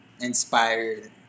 inspired